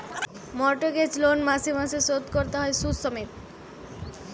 mortgage loan মাসে মাসে শোধ কোরতে হয় শুধ সমেত